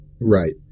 Right